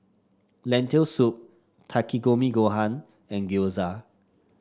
Lentil Soup Takikomi Gohan and Gyoza